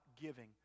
giving